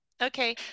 Okay